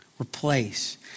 replace